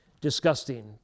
disgusting